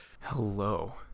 Hello